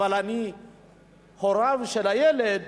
אנחנו הוריו של הילד.